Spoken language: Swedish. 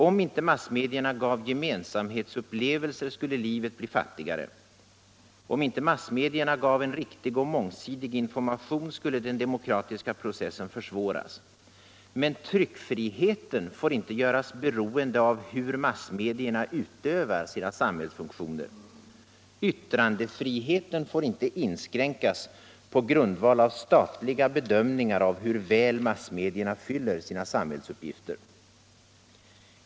Om inte massmedierna gav gemensamhetsupplevelser skulle livet bli fattigare. Om inte massmedierna gav en riktig och mångsidig information skulle den demokratiska processen försvåras. Men tryckfriheten får inte göras beroende av hur massmedierna utövar sina samhällsfunktioner. Yttrandefriheten får inte inskränkas på grundval av statliga bedömningar av hur väl massmedierna fyller sina samhällsuppgifter.